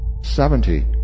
Seventy